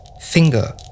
finger